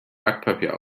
backpapier